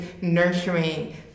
nurturing